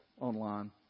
online